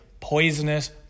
poisonous